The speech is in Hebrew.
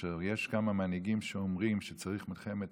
כאשר יש כמה מנהיגים שאומרים שצריך מלחמת